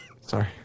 Sorry